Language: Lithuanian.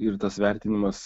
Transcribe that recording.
ir tas vertinimas